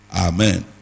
Amen